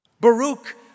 Baruch